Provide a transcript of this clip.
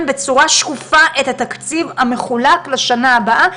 בצורה שקופה את התקציב המחולק לשנה הבאה,